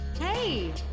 Hey